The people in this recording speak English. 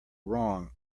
wrong